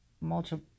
multiple